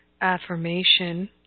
Affirmation